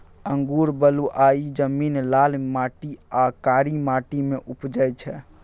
अंगुर बलुआही जमीन, लाल माटि आ कारी माटि मे उपजै छै